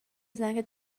زنگ